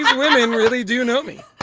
really and really do know me